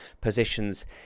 positions